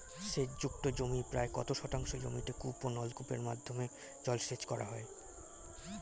সেচ যুক্ত জমির প্রায় কত শতাংশ জমিতে কূপ ও নলকূপের মাধ্যমে জলসেচ করা হয়?